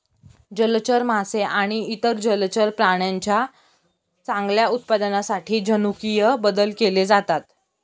जलचर मासे आणि इतर जलचर प्राण्यांच्या चांगल्या उत्पादनासाठी जनुकीय बदल केले जातात